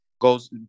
goes